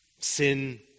sin